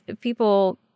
people